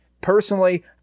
personally